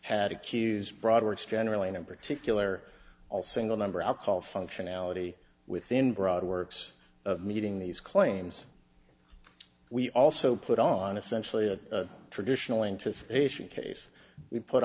had accused broad words generally and in particular all single number i'll call functionality within broad works of meeting these claims we also put on essentially a traditional anticipation case we put